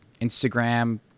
Instagram